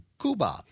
Cuba